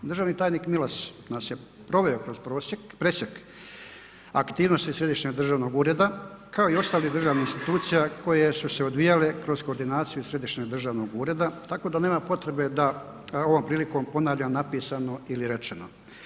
Državni tajnik Milas nas je proveo kroz presjek aktivnosti središnjeg državnog ureda kao i ostalih državnih institucija koje su se odvijale kroz koordinaciju središnjeg državnog ureda tako da nema potrebe da ovom prilikom ponavljam napisano ili rečeno.